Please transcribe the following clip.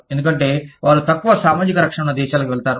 ఎందుకంటే వారు తక్కువ సామాజిక రక్షణ ఉన్న దేశాలకు వెళతారు